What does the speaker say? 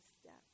step